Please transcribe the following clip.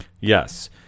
Yes